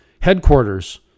headquarters